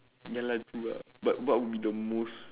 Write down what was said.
ya lah true lah but what would be the most